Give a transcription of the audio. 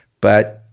But-